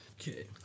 Okay